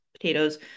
potatoes